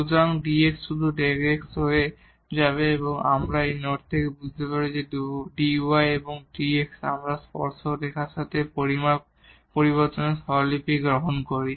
সুতরাং dx শুধু Δ x হয়ে যাবে অথবা আমরা এই নোট থেকে বুঝতে পারি যে dy এবং dx আমরা স্পর্শক রেখার সাথে পরিমাপ পরিবর্তনের নোটেশন গ্রহণ করি